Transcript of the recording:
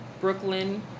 Brooklyn